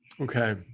okay